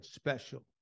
special